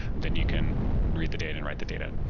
then you can read the data and write the data.